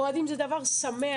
אוהדים זה דבר שמח.